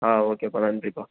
ஆ ஓகேப்பா நன்றிப்பா